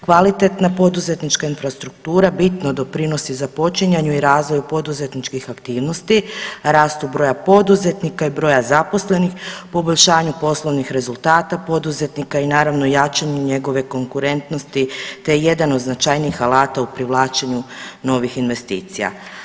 Kvalitetna poduzetnička infrastruktura bitno doprinosi započinjanju i razvoju poduzetničkih aktivnosti, rastu broja poduzetnika i broja zaposlenih, poboljšanju poslovnih rezultata poduzetnika i naravno jačanju njegove konkurentnosti te je jedan od značajnih alata u privlačenju novih investicija.